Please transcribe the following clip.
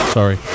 Sorry